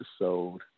episode